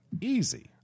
Easy